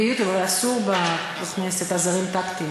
ביוטיוב, אבל אסור בכנסת עזרים טקטיים.